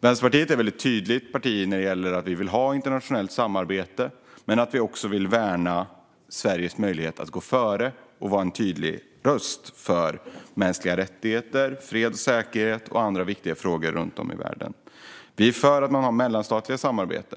Vänsterpartiet är ett väldigt tydligt parti när det gäller att vi vill ha internationellt samarbete men att vi också vill värna Sveriges möjlighet att gå före och vara en tydlig röst för mänskliga rättigheter, fred och säkerhet och andra viktiga frågor runt om i världen. Vi är för att man har mellanstatliga samarbeten.